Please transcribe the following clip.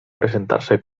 presentarse